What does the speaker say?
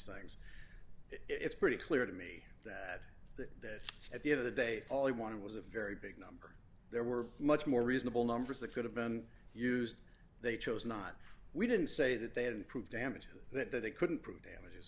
things it's pretty clear to me that that at the end of the day all they wanted was a very big number there were much more reasonable numbers that could have been used they chose not we didn't say that they hadn't proved damages that they couldn't prove damages